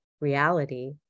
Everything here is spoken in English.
reality